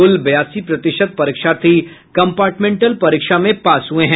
कुल बयासी प्रतिशत परीक्षार्थी कंपार्टमेंटल परीक्षा में पास हुए हैं